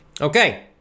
Okay